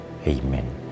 Amen